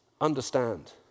understand